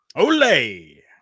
Ole